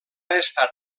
estat